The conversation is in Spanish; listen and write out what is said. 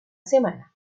semana